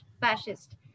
fascist